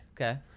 Okay